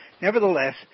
Nevertheless